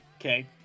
okay